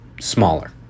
smaller